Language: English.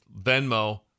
venmo